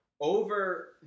over